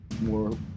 more